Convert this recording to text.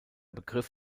begriff